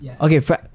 okay